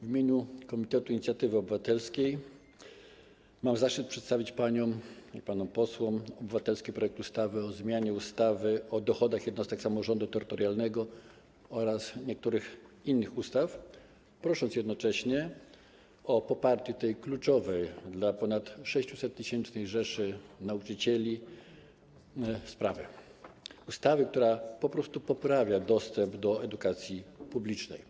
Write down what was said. W imieniu komitetu inicjatywy obywatelskiej mam zaszczyt przedstawić paniom i panom posłom obywatelski projekt ustawy o zmianie ustawy o dochodach jednostek samorządu terytorialnego oraz niektórych innych ustaw, prosząc jednocześnie o poparcie tej kluczowej dla ponad 600-tysięcznej rzeszy nauczycieli sprawy, ustawy, która po prostu poprawia dostęp do edukacji publicznej.